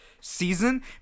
season